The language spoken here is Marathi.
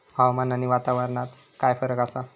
हवामान आणि वातावरणात काय फरक असा?